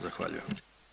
Zahvaljujem.